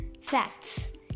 FACTS